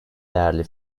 değerli